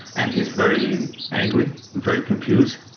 and he's very angry, very confused,